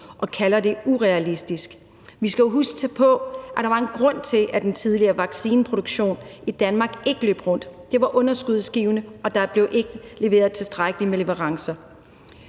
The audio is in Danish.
og kalder det urealistisk. Vi skal huske på, at der var en grund til, at den tidligere vaccineproduktion i Danmark ikke løb rundt. Det var underskudsgivende, og der blev ikke leveret tilstrækkeligt med leverancer.